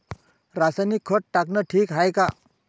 रासायनिक खत टाकनं ठीक हाये का?